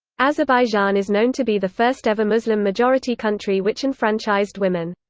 azerbaijan is known to be the first ever muslim-majority country which enfranchised women.